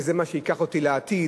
נתנו צ'ק, הוציאו כספים לעניין הזה.